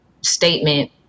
statement